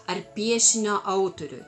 ar piešinio autoriui